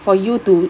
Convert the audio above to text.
for you to